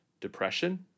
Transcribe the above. depression